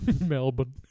Melbourne